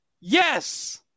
Yes